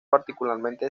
particularmente